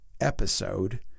episode